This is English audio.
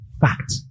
Fact